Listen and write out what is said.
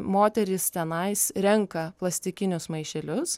moterys tenais renka plastikinius maišelius